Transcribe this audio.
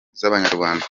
z’abanyarwanda